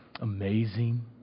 Amazing